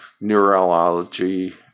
neurology